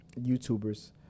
youtubers